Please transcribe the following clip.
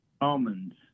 almonds